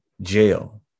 Jail